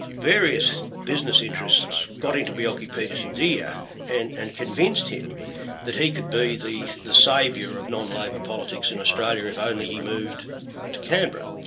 various business interests got into bjelke-petersen's ear and and convinced him that he could be the the saviour of non-labor politics in australia if only he moved to canberra.